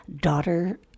daughter